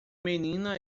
menina